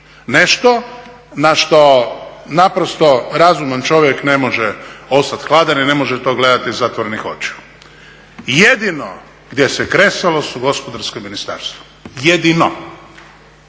Nešto na što naprosto razuman čovjek ne može ostat hladno i ne može to gledati zatvorenih očiju. Jedino gdje se kresalo su … i …. Jedino.